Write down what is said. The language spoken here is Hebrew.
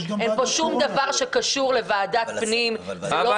אין פה שום דבר שקשור לוועדת הפנים, זה לא